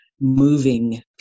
moving